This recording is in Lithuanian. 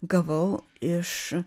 gavau iš